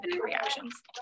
reactions